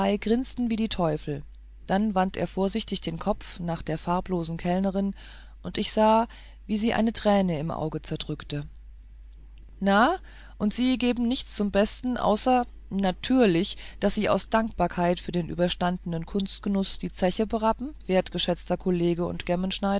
grinsten wie die teufel dann wandte er vorsichtig den kopf nach der farblosen kellnerin und ich sah wie sie eine träne im auge zerdrückte na und sie geben nichts zum besten außer natürlich daß sie aus dankbarkeit für den überstandenen kunstgenuß die zeche berappen wertgeschätzter kollege und